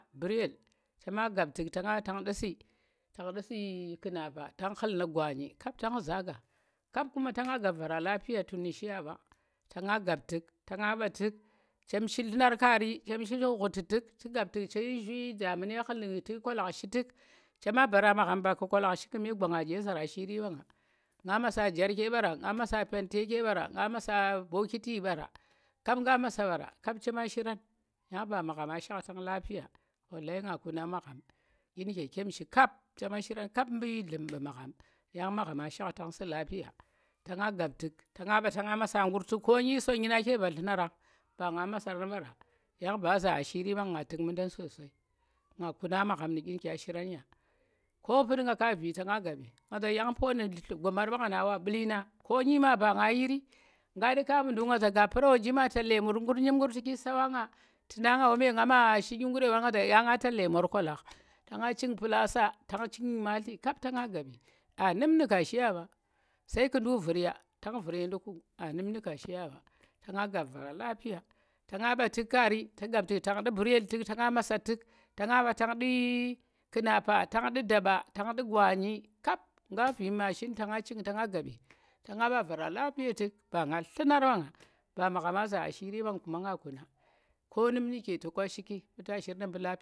Mɓu̱ gomara gaɓi tang ndɓ m6ryle to nga ba tang nɗu̱ si tang nɗu̱ si kunapa tang ghul nu̱ gwani kap tang zagha kap tu̱k ta nga gap vara lafiya (mum dong) tun nu̱ shiya ɓa, ta nga gap tu̱k ta nga ɓa tu̱k chem shi nllu̱nar kaari chem shi ghu̱ti tu̱k tu̱ gap tu̱k tu̱ damune ma ghu̱nki tu̱ kolag shi tu̱k chem baro magham ba ku̱ kolag shi ku̱me gwanga ɗye zar ashiiri ba nga, nga masa nga masa panteke ɓara, nga masa bookiti ɓara kap nga masa ɓara kap chema shiran yang ba maghamma shaktu̱m mun dong kope nang nga kuna magham ɗyii mu̱ke chem shi kap chema shiram kap mɓu̱ nllu̱m mɓu̱ magham yang maghammang shaktang su̱ lapiya dong ta nga gap tu̱k ta nga ɓa taga masa ngu̱r tu̱k ko nyi sooni na ke ba nllu̱nara ba nga masara ɓara yang ba zaa ashiri ɓang, nga tu̱k mundan (maɗyii) nga kuna magham nu ɗyi nu̱ kya shiran ya, ko tu̱n nga ka vii ta nga gaaɓi nga za yang pooni gomar bangnang ea mbu̱l yiina ko ɗyi maba nga yiiri nga nɗu kaa ɓu nduku ngazoo gappu̱ro wajima talle mori njibn naggur tu̱ ki sawo nga tu̱ na nga wame nga ma shi ɗyigu̱r ye wara nga yang nga talle mor kolag ta nga ching mpulaso tong chingg nyimatli kap tanga gaɓi aa num nu̱ ka shiya ɓa sai ku̱ duk vu̱rya tong vu̱r ye nɗu̱kiu aa num nu̱ ka shiya ɓa ta nga gap vara lapiya ta nga ɓa tu̱k kaari tu̱ gap tu̱k tang nɗu̱ mburyel tu̱k ta nga masa tuk tanga ɓa tang ndu̱ ƙu̱napa, tang nɗu̱ daba, tang nɗu̱ gwaani, kap nga vii machin ta nga ching ta nga gaɓi, ta nga ɓa vara lapiya tu̱k ba nga tlu̱nar ɓanga ba maghamma za ashiiri ɓannga yang nga kuna komun nuke to ka shiki mbu ta shir nda la.